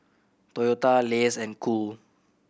Toyota Lays and Cool